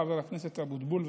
חבר הכנסת אבוטבול,